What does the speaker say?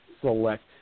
select